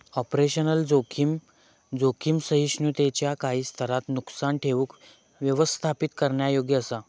operational जोखीम, जोखीम सहिष्णुतेच्यो काही स्तरांत नुकसान ठेऊक व्यवस्थापित करण्यायोग्य असा